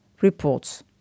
reports